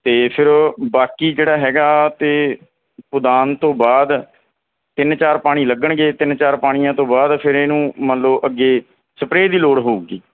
ਅਤੇ ਫਿਰ ਬਾਕੀ ਜਿਹੜਾ ਹੈਗਾ ਅਤੇ ਪੁਦਾਨ ਤੋਂ ਬਾਅਦ ਤਿੰਨ ਚਾਰ ਪਾਣੀ ਲੱਗਣਗੇ ਤਿੰਨ ਚਾਰ ਪਾਣੀਆਂ ਤੋਂ ਬਾਅਦ ਫਿਰ ਇਹਨੂੰ ਮੰਨ ਲਉ ਅੱਗੇ ਸਪਰੇ ਦੀ ਲੋੜ ਹੋਊਗੀ